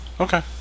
okay